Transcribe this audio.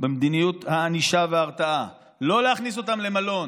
במדיניות הענישה וההרתעה: לא להכניס אותם למלון